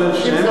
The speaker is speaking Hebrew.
אם זה אותה,